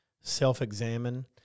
self-examine